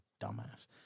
dumbass